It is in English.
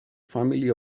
family